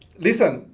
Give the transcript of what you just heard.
listen,